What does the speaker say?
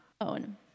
own